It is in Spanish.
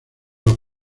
los